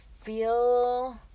feel